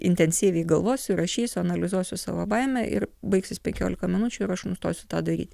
intensyviai galvosiu rašysiu analizuosiu savo baimę ir baigsis penkiolika minučių ir aš nustosiu tą daryti